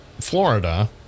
Florida